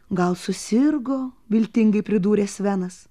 gal susirgo viltingai pridūrė svenas